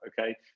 okay